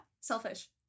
Selfish